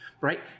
right